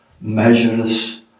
measureless